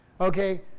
Okay